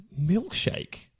Milkshake